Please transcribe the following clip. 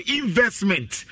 investment